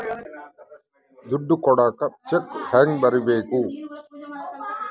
ದುಡ್ಡು ಕೊಡಾಕ ಚೆಕ್ ಹೆಂಗ ಬರೇಬೇಕು?